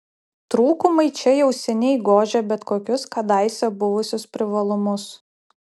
trūkumai čia jau seniai gožia bet kokius kadaise buvusius privalumus